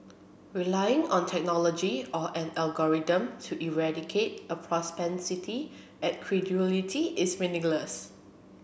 relying on technology or an algorithm to eradicate a propensity at credulity is meaningless